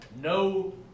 no